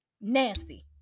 nasty